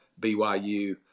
BYU